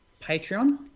Patreon